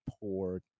poor